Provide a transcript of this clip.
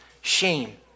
shame